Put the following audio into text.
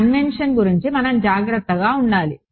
convention గురించి మనం జాగ్రత్తగా ఉండాలి